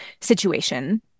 situation